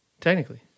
Technically